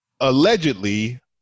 allegedly